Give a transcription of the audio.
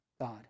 God